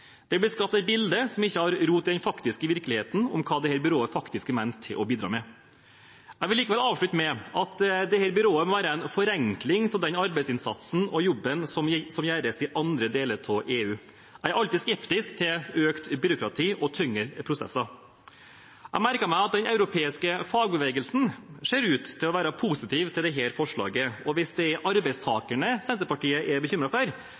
Det blir skapt et bilde av hva dette byrået er ment å skulle bidra med, som ikke har rot i den faktiske virkeligheten. Jeg vil likevel avslutte med å si at dette byrået må være en forenkling av den arbeidsinnsatsen og jobben som gjøres i andre deler av EU. Jeg er alltid skeptisk til økt byråkrati og tyngre prosesser. Jeg merker meg at den europeiske fagbevegelsen ser ut til å være positiv til dette forslaget, og hvis det er arbeidstakerne Senterpartiet er bekymret for,